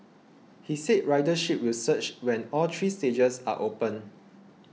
he said ridership will surge when all three stages are open